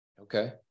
Okay